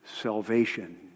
salvation